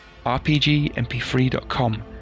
RPGMP3.com